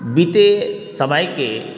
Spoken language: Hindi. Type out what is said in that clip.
बीते समय के